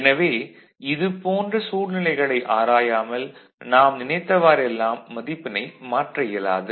எனவே இது போன்ற சூழ்நிலைகளை ஆராயாமல் நாம் நினைத்தவாறு எல்லாம் மதிப்பினை மாற்ற இயலாது